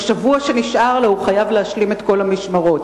בשבוע שנשאר לו הוא חייב להשלים את כל המשמרות.